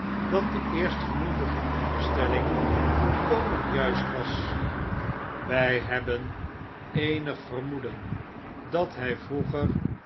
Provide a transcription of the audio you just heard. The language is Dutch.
dat deeerstgenoemdeveronderstelling volkomen juist was wy hebben eenig vermoeden dat hy vroeger